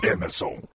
Emerson